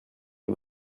est